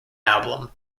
album